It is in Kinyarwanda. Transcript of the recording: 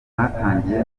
mwatangiye